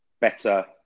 better